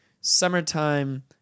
summertime